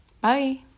Bye